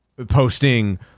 Posting